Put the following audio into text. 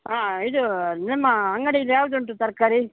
ಹಾಂ ಇದು ನಿಮ್ಮ ಅಂಗಡಿದು ಯಾವ್ದು ಉಂಟು ತರಕಾರಿ